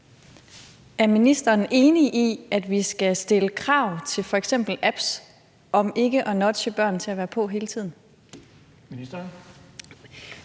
Er ministeren enig i, at vi skal stille krav til f.eks. apps om ikke at nudge børn til at være på hele tiden?